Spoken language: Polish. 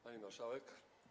Pani Marszałek!